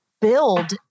build